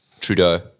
Trudeau